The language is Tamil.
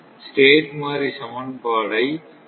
ஸ்டேட் மாறி சமன்பாடு ஐ எழுதுவோம்